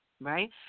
right